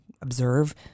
observe